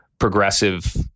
Progressive